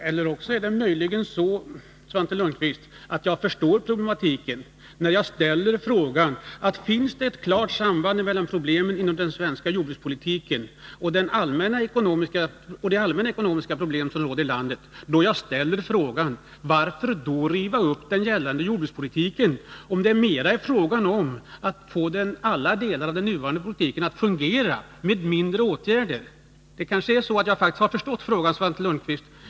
Herr talman! Det kan möjligen också vara så, Svante Lundkvist, att jag förstår den här problematiken, eftersom jag ställer frågan: Om det finns ett klart samband mellan problemen inom den svenska jordbrukspolitiken och de allmänna ekonomiska problem som råder i landet, varför då riva upp den gällande jordbrukspolitiken, om det mera är fråga om att med mindre omfattande åtgärder få alla delar av den nuvarande politiken att fungera? Det är kanske så att jag faktiskt har förstått frågan, Svante Lundkvist.